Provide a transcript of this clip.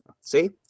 See